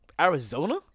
Arizona